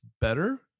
better